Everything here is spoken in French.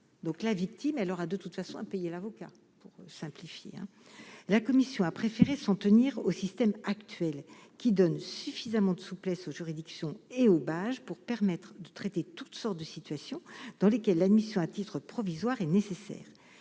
donc la victime elle aura de toute façon un payer l'avocat, pour simplifier, la commission a préféré s'en tenir au système actuel qui donne suffisamment de souplesse aux juridictions et au barrage pour permettre de traiter toutes sortes de situations dans lesquelles l'admission à titre provisoire est nécessaire,